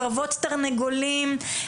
קרבות תרנגולים,